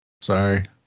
Sorry